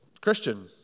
Christian